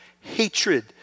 hatred